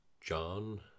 John